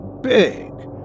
big